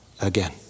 again